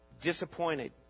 Disappointed